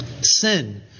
Sin